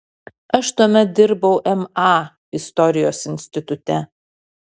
aš tuomet dirbau ma istorijos institute